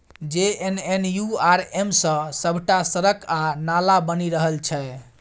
JNNURM सँ सभटा सड़क आ नाला बनि रहल छै